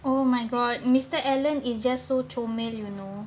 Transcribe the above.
oh my god mister alan is just so comel you know